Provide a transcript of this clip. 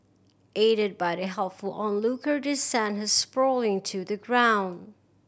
aided by the helpful onlooker they sent her sprawling to the ground